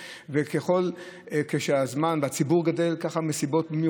ככל שהציבור גדל אז כך גם המשימות.